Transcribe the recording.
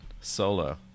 Solo